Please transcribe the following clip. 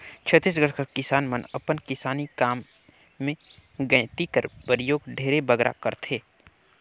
छत्तीसगढ़ कर किसान मन अपन किसानी काम मे गइती कर परियोग ढेरे बगरा करथे